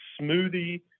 smoothie